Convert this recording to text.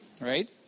right